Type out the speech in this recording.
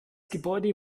gebäude